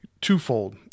twofold